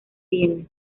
viena